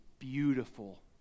beautiful